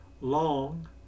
long